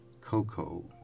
cocoa